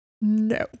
no